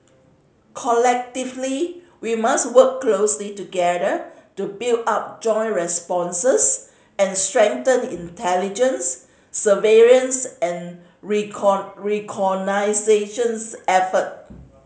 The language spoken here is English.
collectively we must work closely together to build up joint responses and strengthen intelligence surveillance and reconnaissance effort